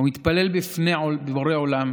ומתפלל בפני בורא עולם